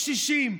קשישים,